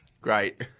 Great